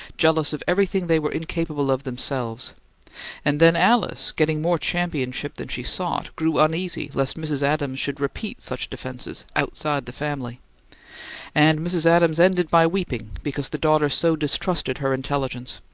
jealous of everything they were incapable of themselves and then alice, getting more championship than she sought, grew uneasy lest mrs. adams should repeat such defenses outside the family and mrs. adams ended by weeping because the daughter so distrusted her intelligence.